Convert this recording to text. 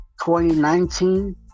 2019